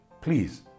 Please